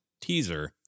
teaser